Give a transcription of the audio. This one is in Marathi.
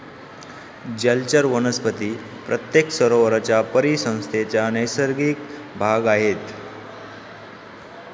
जलचर वनस्पती प्रत्येक सरोवराच्या परिसंस्थेचा नैसर्गिक भाग आहेत